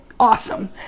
awesome